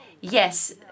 Yes